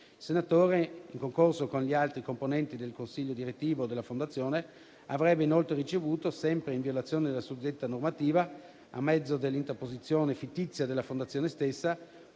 Il senatore, in concorso con gli altri componenti del consiglio direttivo della Fondazione, avrebbe inoltre ricevuto, sempre in violazione della suddetta normativa, a mezzo dell'interposizione fittizia della Fondazione stessa,